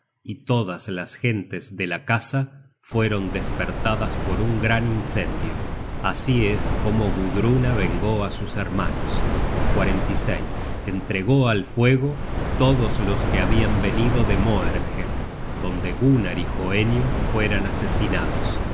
y todas las gentes de la casa fueron despertadas por un gran incendio así es como gudruna vengó á sus hermanos entregó al fuego todos los que habian venido de moerkhem donde gunnar y hoenio fueran asesinados